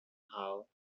how